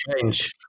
change